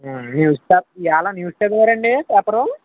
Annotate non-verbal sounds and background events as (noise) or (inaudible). (unintelligible) ఇవాళ్ళ న్యూస్ చదివారా అండి పేపరు